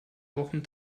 wochen